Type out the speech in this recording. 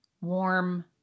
warm